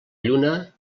lluna